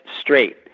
straight